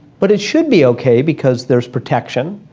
but it should be okay because there's protection,